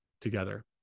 together